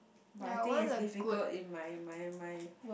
but I think it's difficult in my my my